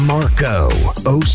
Marco